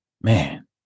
man